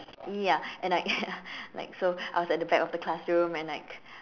ya and like like so I was at the back of the classroom and like